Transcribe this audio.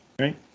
right